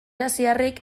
asiarrek